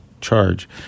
charge